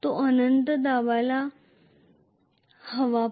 ते अनंततेपर्यंत पुढे जायला पाहिजे